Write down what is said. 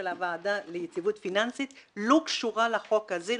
הוועדה ליציבות פיננסית לא קשורה לחוק הזה,